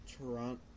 Toronto